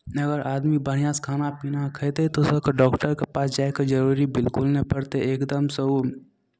अगर आदमी बढ़िआँसँ खाना पीना खयतै तऽ ओ सभकेँ डॉक्टरके पास जायके जरूरी बिलकुल नहि पड़तै एकदमसँ ओ